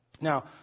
Now